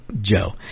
Joe